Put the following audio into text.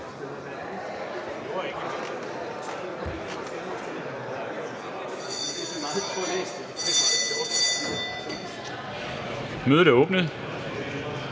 Mødet er åbnet.